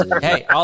Hey